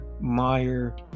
meyer